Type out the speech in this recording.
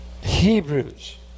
Hebrews